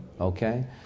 Okay